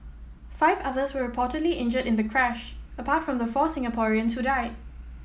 five others were reportedly injured in the crash apart from the four Singaporeans who died